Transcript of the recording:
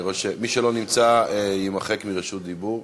מי שלא נמצא, יימחק מרשות דיבור.